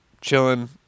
chilling